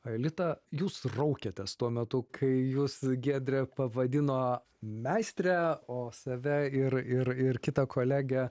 aelita jūs raukėtės tuo metu kai jus giedrė pavadino meistre o save ir ir ir kitą kolegę